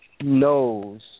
knows